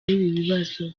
n’ibibazo